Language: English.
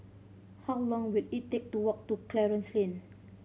how long will it take to walk to Clarence Lane